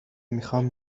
میخوام